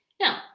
Now